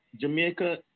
Jamaica